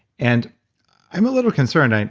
and i'm a little concerned.